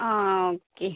ആ ഓക്കെ